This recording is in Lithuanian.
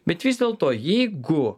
bet vis dėlto jeigu